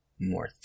more